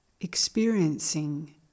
Experiencing